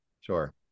sure